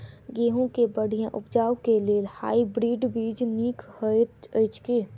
गेंहूँ केँ बढ़िया उपज केँ लेल हाइब्रिड बीज नीक हएत अछि की?